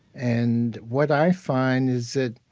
and what i find is that,